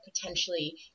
potentially